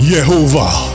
Yehovah